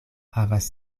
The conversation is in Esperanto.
havas